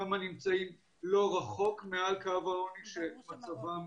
כמה נמצאים לא רחוק מעל קו העוני שמצבם